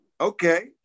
Okay